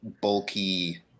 bulky